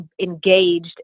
engaged